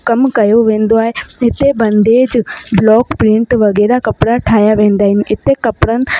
कमु कयो वेंदो आहे हिते बंदेज ब्लॉक प्रिंट वग़ैरह कपिड़ा ठाहिया वेंदा आहिनि इते कपिड़नि